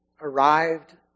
arrived